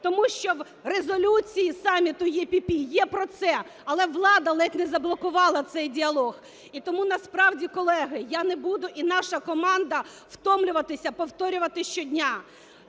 тому що в резолюції саміту ЕРР є про це. Але влада ледь не заблокувала цей діалог. І тому насправді, колеги, я не буду, і наша команда, втомлюватися повторювати щодня: